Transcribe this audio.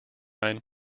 ein